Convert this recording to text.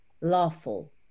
lawful